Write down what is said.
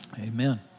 Amen